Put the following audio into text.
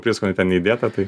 prieskonio ten neįdėta tai